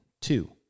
Two